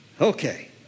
Okay